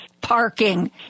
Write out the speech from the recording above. parking